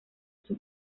sus